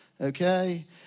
okay